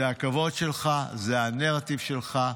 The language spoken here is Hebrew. זה הכבוד שלך, זה הנרטיב שלך,